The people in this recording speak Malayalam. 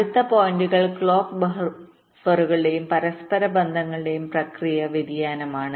അടുത്ത പോയിന്റുകൾ ക്ലോക്ക് ബഫറുകളുടെയുംപരസ്പരബന്ധങ്ങളുടെയും പ്രക്രിയ വ്യതിയാനമാണ്